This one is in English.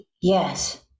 Yes